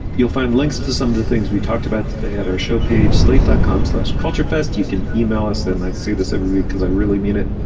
you'll find links to some of the things we talked about at our show page slate dot com slash culture fest. you can email us then i see this every week because i really mean it.